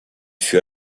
fut